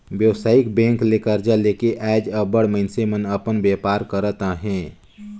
बेवसायिक बेंक ले करजा लेके आएज अब्बड़ मइनसे अपन बयपार करत अहें